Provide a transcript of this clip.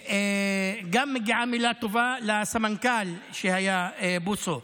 וגם מגיעה מילה טובה לסמנכ"ל שהיה, בוסו,